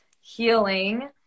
healing